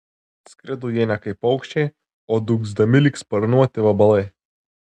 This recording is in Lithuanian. skrido jie ne kaip paukščiai o dūgzdami lyg sparnuoti vabalai